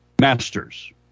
Masters